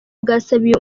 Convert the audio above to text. bwasabiye